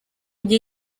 gihe